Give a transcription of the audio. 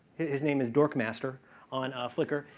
his name is dork master on ah flickr.